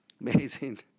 amazing